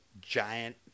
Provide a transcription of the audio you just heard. giant